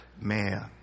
Man